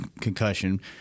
concussion